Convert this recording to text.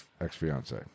ex-fiance